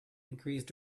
increased